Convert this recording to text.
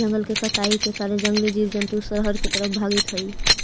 जंगल के कटाई के कारण जंगली जीव जंतु शहर तरफ भागित हइ